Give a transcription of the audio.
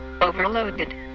Overloaded